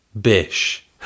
Bish